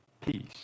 peace